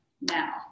now